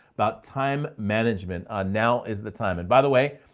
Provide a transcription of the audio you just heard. about time management, ah now is the time. and by the way,